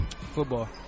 Football